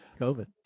COVID